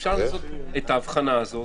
משך התקופה המקסימלי הוא 28 ימים.